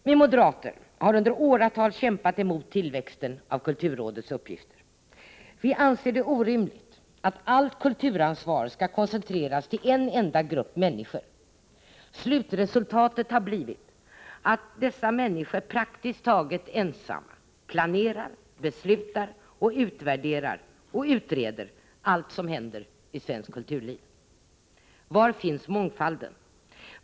Vi moderater har under åratal kämpat emot tillväxten av kulturrådets uppgifter. Vi anser det orimligt att allt kulturansvar skall koncentreras till en enda grupp människor. Slutresultatet har blivit att dessa människor praktiskt taget ensamma planerar, beslutar, utvärderar och utreder allt som händer i svenskt kulturliv. Var finns mångfalden?